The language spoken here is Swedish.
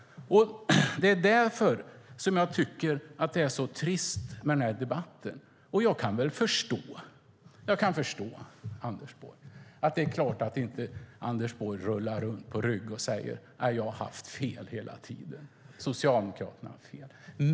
Det är därför som jag tycker att det är så trist med den här debatten. Jag kan förstå att Anders Borg inte rullar runt på rygg och säger: Nej, jag har haft fel hela tiden.